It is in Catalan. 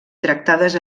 tractades